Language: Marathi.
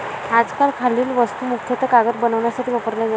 आजकाल खालील वस्तू मुख्यतः कागद बनवण्यासाठी वापरल्या जातात